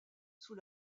sous